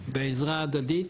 בעזרה הדדית,